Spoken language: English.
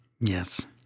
Yes